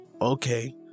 okay